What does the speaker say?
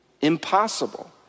Impossible